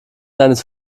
seines